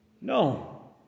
No